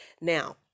Now